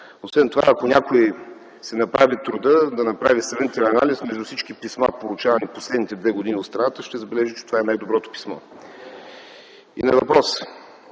Освен това, ако някой си направи труда да направи сравнителен анализ между всички писма, получавани през последните две години в страната, ще забележи, че това е най-доброто писмо. На въпроса,